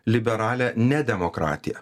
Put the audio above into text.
liberalią nedemokratiją